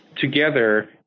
together